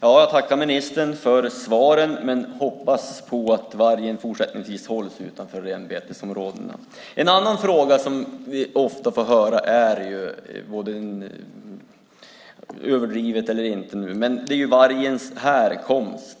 Jag tackar ministern för svaren, men jag hoppas att vargen fortsättningsvis hålls utanför renbetesområdena. En annan fråga som vi ofta får höra, överdriven eller inte, gäller vargens härkomst.